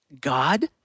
God